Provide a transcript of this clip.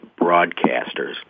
Broadcasters